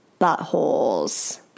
buttholes